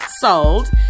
sold